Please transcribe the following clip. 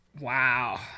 Wow